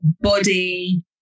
body